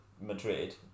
Madrid